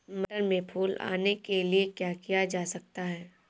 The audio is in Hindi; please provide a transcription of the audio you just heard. मटर में फूल आने के लिए क्या किया जा सकता है?